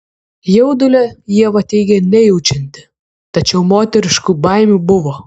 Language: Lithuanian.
jaudulio ieva teigė nejaučianti tačiau moteriškų baimių buvo